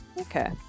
Okay